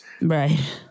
Right